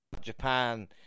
Japan